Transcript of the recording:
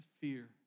fear